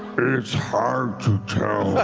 it's hard to tell.